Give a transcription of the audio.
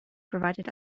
provided